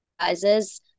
sizes